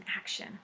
action